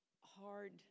hard